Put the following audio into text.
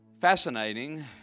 Fascinating